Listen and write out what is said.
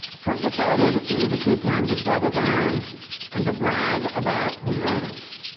trump decided it was a good time to double down and to brag about his ratings.